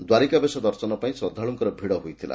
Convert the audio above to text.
ଦ୍ୱାରିକା ବେଶ ଦର୍ଶନ ପାଇଁ ଶ୍ରଦ୍ଧାଳୁମାନଙ୍କର ଭିଡ ହୋଇଥିଲା